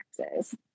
taxes